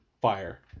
Fire